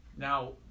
Now